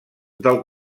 del